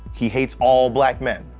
he hates all black men.